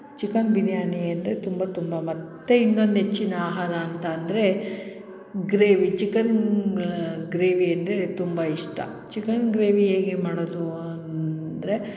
chicken biryani ಅಂದರೆ ತುಂಬ ತುಂಬ ಮತ್ತು ಇನ್ನೊಂದು ನೆಚ್ಚಿನ ಆಹಾರ ಅಂತ ಅಂದ್ರೆ ಗ್ರೇವಿ ಚಿಕನ್ ಗ್ರೇವಿ ಅಂದರೆ ತುಂಬ ಇಷ್ಟ ಚಿಕನ್ ಗ್ರೇವಿ ಹೇಗೆ ಮಾಡೋದು ಅಂದರೆ